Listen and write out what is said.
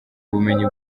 ubumenyi